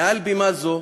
מעל בימה זו